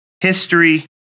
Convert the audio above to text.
History